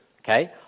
okay